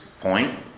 point